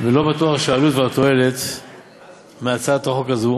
לא בטוח שהעלות מול התועלת בהצעת החוק הזאת